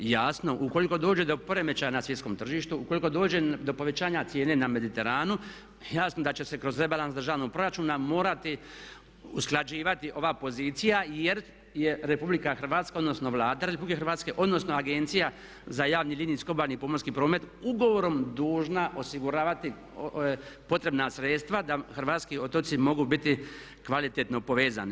Jasno ukoliko dođe do poremećaja na svjetskom tržištu, ukoliko dođe do povećanje cijene na mediteranu jasno da će se kroz rebalans državnog proračuna morati usklađivati ova pozicija jer je RH odnosno Vlada Republike Hrvatske, odnosno Agencija za javni linijski obalni pomorski promet ugovorom dužna osiguravati potrebna sredstva da hrvatski otoci mogu biti kvalitetno povezani.